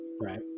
Right